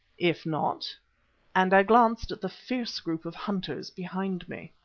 if not and i glanced at the fierce group of hunters behind me.